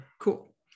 cool